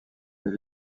les